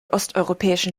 osteuropäischen